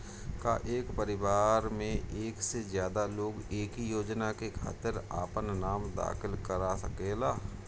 का एक परिवार में एक से ज्यादा लोग एक ही योजना के खातिर आपन नाम दाखिल करा सकेला?